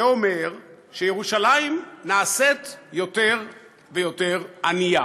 זה אומר שירושלים נעשית יותר ויותר ענייה.